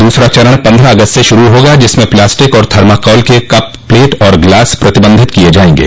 दूसरा चरण पन्द्रह अगस्त से शुरू होगा जिसम प्लास्टिक और थर्मोकोल के कप प्लेट और गिलास प्रतिबंधित किये जायेंगे